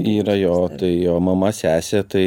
yra jo tai jo mama sesė tai